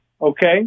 okay